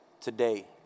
today